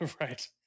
right